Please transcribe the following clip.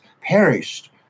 perished